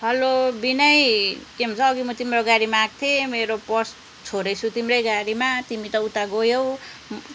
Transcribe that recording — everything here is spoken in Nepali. हलो विनय के भन्छ अघि म तिम्रो गाडीमा आएको थिएँ मेरो पर्स छोडेछु तिम्रै गाडीमा तिमी त उता गयौ